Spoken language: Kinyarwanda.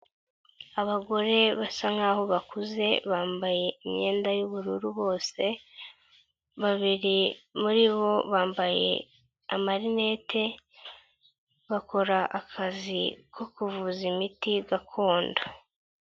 Abagore basa nkaho bakuze bambaye imyenda y'ubururu bose, babiri muri bo bambaye amarinete bakora akazi ko kuvuza imiti gakondo.